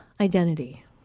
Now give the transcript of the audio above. identity